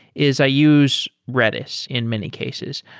is i use redis in many cases.